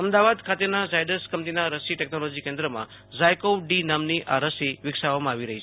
અમદાવાદ ખાતેના ઝાયડસ કંપનીના રસી ટેક્નોલોજી કેન્દ્રમાં ઝાયકોવ ડી નામની આ રસી વિકસાવવામાં આવી રહી છે